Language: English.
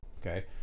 Okay